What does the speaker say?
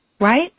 Right